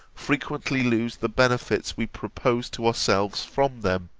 frequently lose the benefits we propose to ourselves from them